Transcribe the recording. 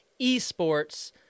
eSports